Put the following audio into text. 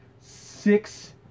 six